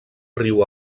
riu